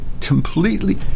completely